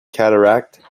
cataract